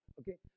Okay